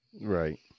Right